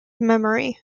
memory